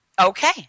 Okay